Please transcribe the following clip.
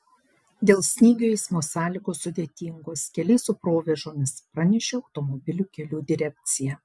dėl snygio eismo sąlygos sudėtingos keliai su provėžomis pranešė automobilių kelių direkcija